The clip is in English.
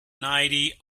ninety